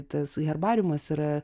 tas herbariumas yra